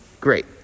great